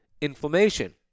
inflammation